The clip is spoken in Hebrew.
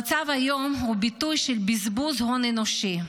המצב היום הוא ביטוי של בזבוז הון אנושי,